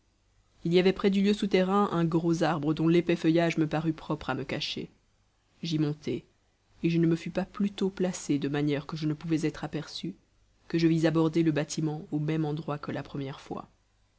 il y avait près du lieu souterrain un gros arbre dont l'épais feuillage me parut propre à me cacher j'y montai et je ne me fus pas plus tôt placé de manière que je ne pouvais être aperçu que je vis aborder le bâtiment au même endroit que la première fois